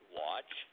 watch